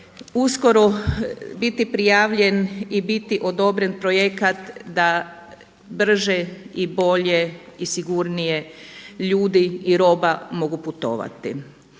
uskoro biti prijavljen i biti odobren projekat da brže i bolje i sigurnije ljudi i roba mogu putovati.